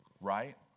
Right